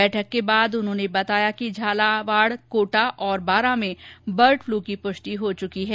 बैठक के बाद उन्होंने बताया कि झालावाड़ कोटा और बारां में बर्ड फ्लू की पुष्टि हो चुकी है